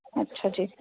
ਅੱਛਾ ਜੀ